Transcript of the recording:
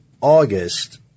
August